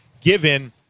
given